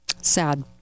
sad